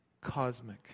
cosmic